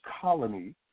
colony